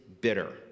bitter